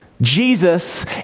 Jesus